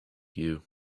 you